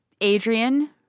Adrian